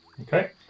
Okay